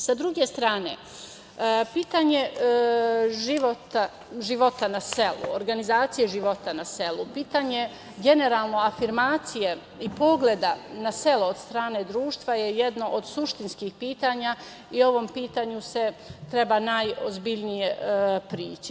Sa druge strane, pitanje života na selu, organizacije života na selu, pitanje generalno afirmacije i pogleda na selo, od strane društva, je jedno od suštinskih pitanja i ovom pitanju se treba najozbiljnije prići.